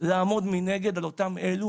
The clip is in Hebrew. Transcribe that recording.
לעמוד מנגד על אותם אלו